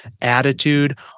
attitude